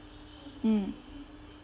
mm